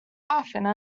often